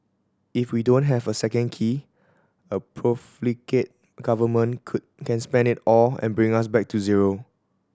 if we don't have a second key a profligate Government could can spend it all and bring us back to zero